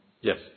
Yes